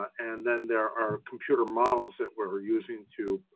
and then there are computer models that we're using to